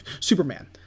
Superman